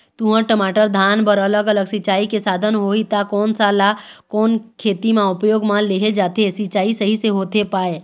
तुंहर, टमाटर, धान बर अलग अलग सिचाई के साधन होही ता कोन सा ला कोन खेती मा उपयोग मा लेहे जाथे, सिचाई सही से होथे पाए?